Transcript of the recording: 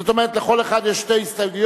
זאת אומרת, לכל אחד יש שתי הסתייגויות.